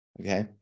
Okay